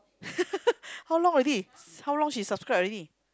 how long already how long she subscribe already